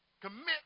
commit